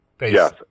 Yes